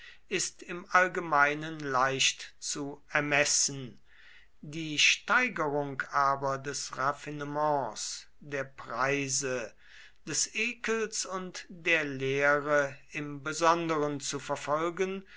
ist im allgemeinen leicht zu ermessen die steigerung aber des raffinements der preise des ekels und der leere im besonderen zu verfolgen